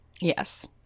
Yes